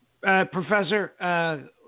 Professor